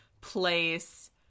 place